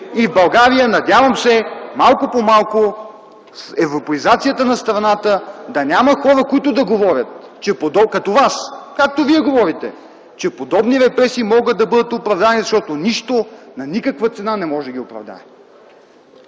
и в България, надявам се, малко по малко, с европеизацията на страната, да няма хора, които да говорят като Вас, както Вие говорите, че подобри репресии могат да бъдат оправдани, защото нищо, на никаква цена не може да ги оправдае.